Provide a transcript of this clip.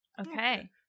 Okay